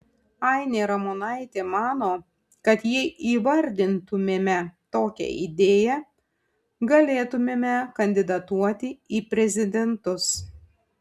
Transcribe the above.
ainė ramonaitė mano kad jei įvardintumėme tokią idėją galėtumėme kandidatuoti į prezidentus